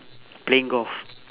playing golf